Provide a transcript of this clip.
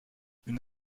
une